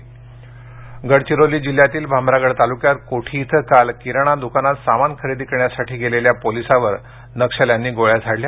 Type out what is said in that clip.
नक्षल गडचिरोली जिल्ह्यातील भामरागड तालुक्यात कोठी इथं काल किराणा दुकानात सामान खरेदी करण्यासाठी गेलेल्या पोलिसांवर नक्षल्यांनी गोळ्या झाडल्या